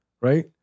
right